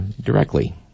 directly